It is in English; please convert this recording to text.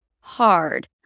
hard